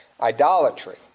idolatry